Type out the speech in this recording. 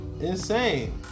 Insane